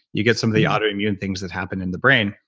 you get some of the autoimmune things that happen in the brain,